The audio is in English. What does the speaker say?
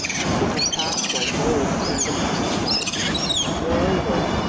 hunting in packs like wolves over the countryside moreover,